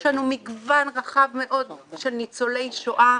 יש לנו מגוון רחב מאוד של ניצולי שואה,